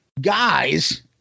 Guys